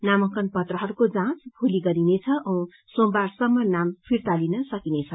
नामांकन पत्रहरूको जाँच भोलि गरिनेछ औँ सोमबारसम्म नाम फिर्ता लिन सकिनेछ